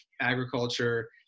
agriculture